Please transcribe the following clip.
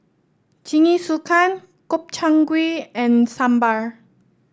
Jingisukan Gobchang Gui and Sambar